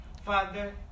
Father